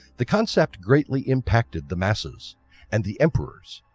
the concept greatly impacted the masses and the emperors.